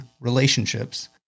relationships